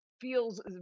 feels